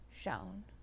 shown